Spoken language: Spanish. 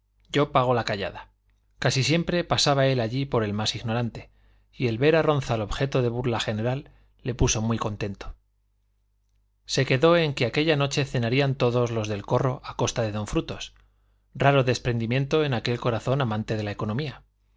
yo pago la callada casi siempre pasaba él allí por el más ignorante y el ver a ronzal objeto de burla general le puso muy contento se quedó en que aquella noche cenarían todos los del corro a costa de don frutos raro desprendimiento en aquel corazón amante de la economía